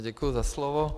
Děkuji za slovo.